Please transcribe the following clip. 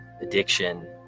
addiction